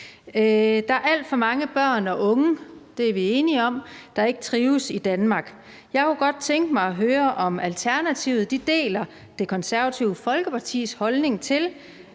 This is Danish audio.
Der er alt for mange børn og unge – det er vi enige om – der ikke trives i Danmark. Jeg kunne godt tænke mig at høre, om Alternativet deler Det Konservative Folkepartis holdning til,